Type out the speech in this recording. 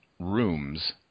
rooms